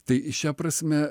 tai šia prasme